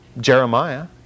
Jeremiah